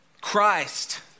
Christ